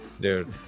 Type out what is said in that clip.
Dude